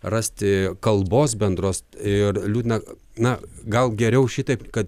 rasti kalbos bendros ir liūdna na gal geriau šitaip kad